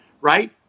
right